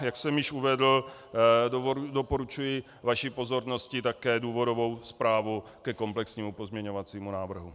Jak jsem již uvedl, doporučuji vaší pozornosti také důvodovou zprávu ke komplexnímu pozměňovacímu návrhu.